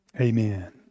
amen